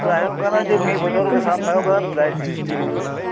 ᱯᱨᱟᱭ ᱦᱩᱭᱩᱜ ᱠᱟᱱᱟ ᱡᱮ ᱢᱤᱫ ᱵᱚᱪᱷᱚᱨ ᱨᱮ ᱥᱟᱵᱢᱮ ᱦᱩᱭᱩᱜ ᱠᱟᱱᱟ ᱯᱨᱮᱭᱟᱭ ᱛᱤᱨᱤᱥᱴᱤ